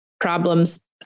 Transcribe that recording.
problems